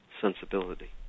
sensibility